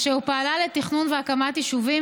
והיא פעלה לתכנון והקמה של יישובים